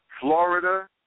Florida